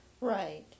right